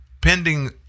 Pending